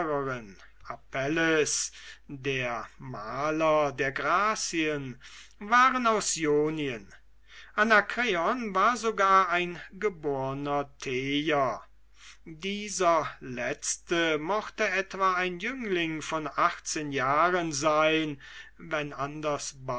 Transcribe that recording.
der maler der grazien waren aus ionien anakreon war sogar ein geborner tejer dieser letzte mochte etwa ein jüngling von achtzehn jahren sein wenn